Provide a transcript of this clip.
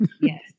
Yes